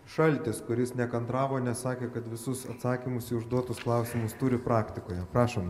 šaltis kuris nekantravo nes sakė kad visus atsakymus į užduotus klausimus turi praktikoje prašom